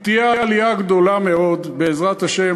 כי תהיה עלייה גדולה מאוד, בעזרת השם.